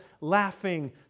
laughing